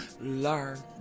learn